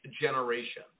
generation